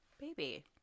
baby